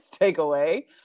takeaway